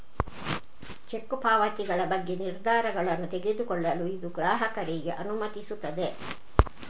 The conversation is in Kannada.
ಚೆಕ್ ಪಾವತಿಗಳ ಬಗ್ಗೆ ನಿರ್ಧಾರಗಳನ್ನು ತೆಗೆದುಕೊಳ್ಳಲು ಇದು ಗ್ರಾಹಕರಿಗೆ ಅನುಮತಿಸುತ್ತದೆ